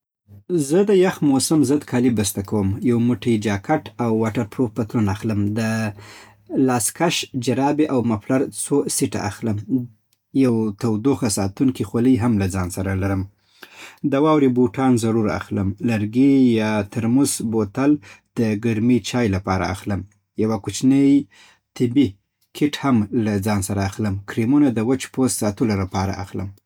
زه د یخ موسم ضد کالي بسته کوم. یو موټی جاکټ او واټر پروف پتلون اخلم. د لاسکش، جرابې او مفلر څو سیټه اخلم. یو تودوخه ساتونکی خولۍ هم له ځان سره لرم. د واورې بوټان ضرور اخلم. لرګي یا ترموس بوتل د ګرمې چای لپاره اخلم. یوه کوچنۍ طبي کیټ هم له ځان سره اخلم. کریمونه د وچ پوست ساتلو لپاره اخلم